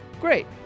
great